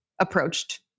approached